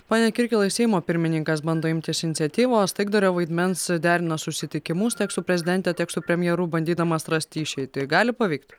pone kirkilai seimo pirmininkas bando imtis iniciatyvos taikdario vaidmens derina susitikimus tiek su prezidente tiek su premjeru bandydamas rasti išeitį gali pavykti